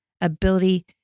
ability